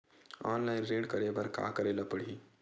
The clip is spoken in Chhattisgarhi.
ऑनलाइन ऋण करे बर का करे ल पड़हि?